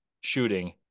shooting